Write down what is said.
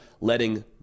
letting